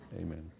Amen